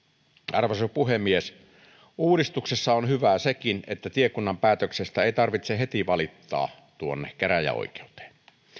arvoisa puhemies uudistuksessa on hyvää sekin että tiekunnan päätöksestä ei tarvitse heti valittaa käräjäoikeuteen